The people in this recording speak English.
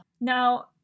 Now